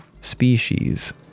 species